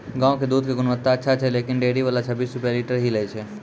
गांव के दूध के गुणवत्ता अच्छा छै लेकिन डेयरी वाला छब्बीस रुपिया लीटर ही लेय छै?